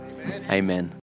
Amen